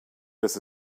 this